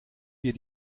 wir